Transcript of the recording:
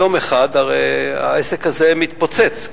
יום אחד הרי העסק הזה מתפוצץ,